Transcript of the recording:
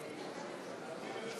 הסתייגות